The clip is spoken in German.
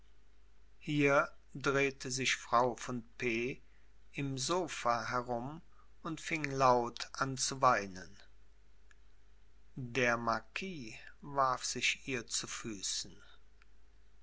hier drehte sich frau von p im sofa herum und fing laut an zu weinen der marquis warf sich ihr zu füßen